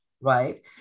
right